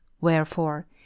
wherefore